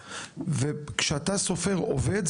וכשאתה סופר עובד,